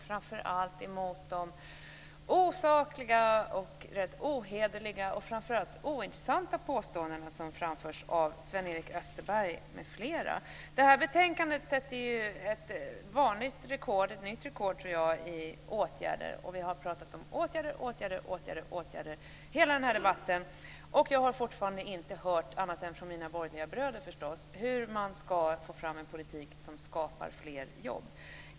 Framför allt vill jag vända mig emot de osakliga, rätt ohederliga och framför allt ointressanta påståenden som framförts av Sven-Erik Betänkandet sätter ett nytt rekord i åtgärder. Vi har pratat om åtgärder och åter åtgärder under hela denna debatt. Jag har fortfarande inte hört - annat än från mina borgerliga bröder förstås - något om hur man ska få fram en politik som skapar fler jobb.